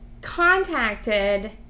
contacted